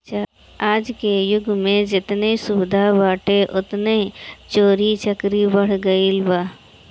आजके जुग में जेतने सुविधा बाटे ओतने चोरी चकारी बढ़ गईल बा